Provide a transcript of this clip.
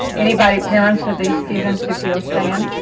anybody parents of these students if you'll stand